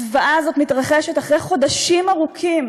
הזוועה הזאת מתרחשת אחרי חודשים ארוכים